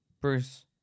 Bruce